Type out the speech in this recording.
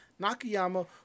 Nakayama